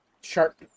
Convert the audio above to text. sharp